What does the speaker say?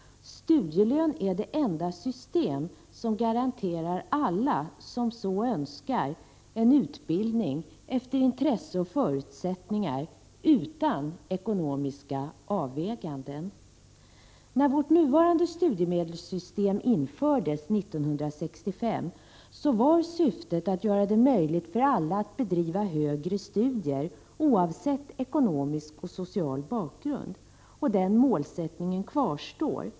Studielön är det enda system som garanterar alla som så önskar en utbildning efter intresse och förutsättningar utan ekonomiska avväganden. När vårt nuvarande studiemedelssystem infördes 1965 var syftet att göra det möjligt för alla att bedriva högre studier oavsett ekonomisk och social bakgrund. Den målsättningen kvarstår.